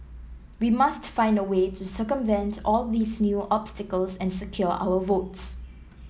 we must find a way to circumvent all these new obstacles and secure our votes